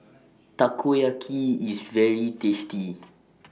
Takoyaki IS very tasty